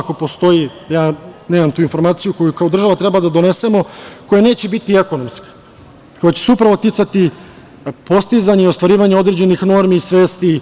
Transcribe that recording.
ako postoji ja nemam tu informaciju, koju kao država treba da donesemo, koje neće biti ekonomska, koja će se upravo ticati postizanja i ostvarivanja određenih normi i svesti.